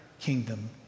kingdom